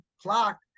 clock